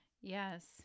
Yes